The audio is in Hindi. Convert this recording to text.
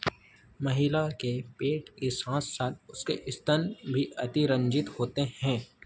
महिला के पेट के साथ साथ उसके स्तन भी अतिरंजित होते हैं